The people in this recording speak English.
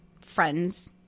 friends